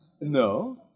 No